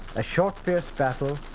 a short, fierce battle,